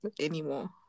anymore